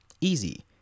Easy